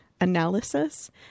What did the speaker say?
analysis